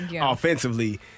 offensively